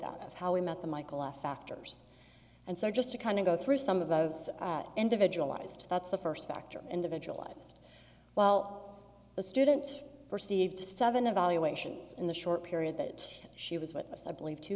that how we met the michael i factors and so just to kind of go through some of those individual eyes to that's the first factor individualized while the student perceived to seven evaluations in the short period that she was with us i believe two